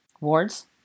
Wards